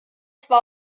zwar